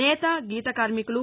నేత గీత కార్మికులు